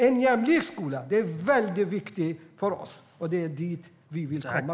En jämlik skola är viktigt för oss, och det är bland annat dit vi vill komma.